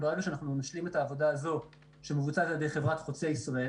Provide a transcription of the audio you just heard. ברגע שאנחנו נשלים את העבודה הזו שמבוצעת על-ידי חברת חוצה ישראל